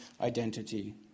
identity